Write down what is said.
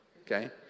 okay